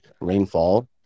rainfall